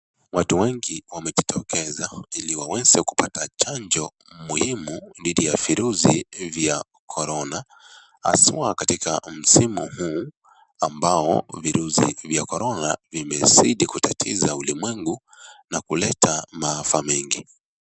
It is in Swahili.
Watu wengi wamejitokeza ili waweze kupata chanjo muhimu dhidi ya virusi vya corona haswa katika msimu huu ambao virusi vya corona vimezidi kutatiza ulimwengu na kuleta maafa mengi.